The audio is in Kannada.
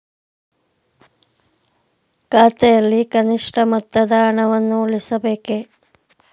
ಖಾತೆಯಲ್ಲಿ ಕನಿಷ್ಠ ಮೊತ್ತದ ಹಣವನ್ನು ಉಳಿಸಬೇಕೇ?